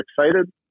excited